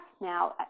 now